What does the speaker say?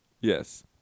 Yes